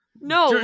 No